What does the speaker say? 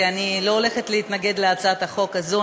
כי אני לא הולכת להתנגד להצעת החוק הזאת.